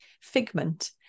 figment